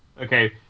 Okay